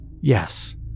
Yes